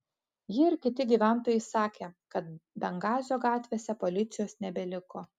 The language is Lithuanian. ji ir kiti gyventojai sakė kad bengazio gatvėse policijos nebeliko